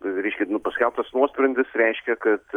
reiškia nu paskelbtas nuosprendis reiškia kad